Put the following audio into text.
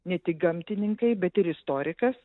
ne tik gamtininkai bet ir istorikas